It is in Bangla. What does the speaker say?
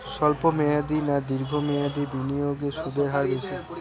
স্বল্প মেয়াদী না দীর্ঘ মেয়াদী বিনিয়োগে সুদের হার বেশী?